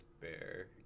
bear